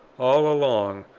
all along,